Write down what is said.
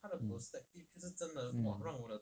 mm mm